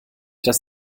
das